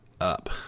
up